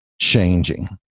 Changing